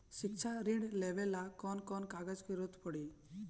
शिक्षा ऋण लेवेला कौन कौन कागज के जरुरत पड़ी?